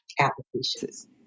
applications